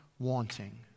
Wanting